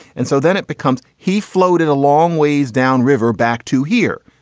and so then it becomes. he floated a long ways down river back to here.